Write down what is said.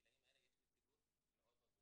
בגילאים האלה יש נציגות מאוד מאוד ברורה.